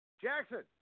Jackson